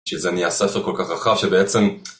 שזה נהיה ספר כל כך רחב שבעצם...